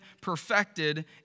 perfected